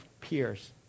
peers